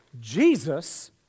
Jesus